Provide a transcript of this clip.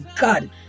God